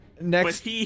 next